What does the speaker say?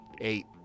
eight